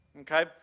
Okay